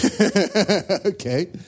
Okay